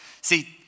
See